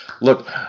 Look